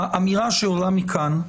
האמירה שעולה מכאן,